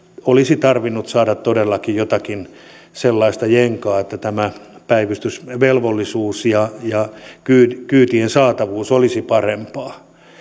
olisi tarvinnut saada todellakin jotakin sellaista jenkaa että päivystysvelvollisuus ja ja kyytien saatavuus olisivat parempia